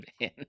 Man